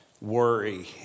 worry